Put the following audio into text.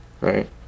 Right